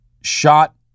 shot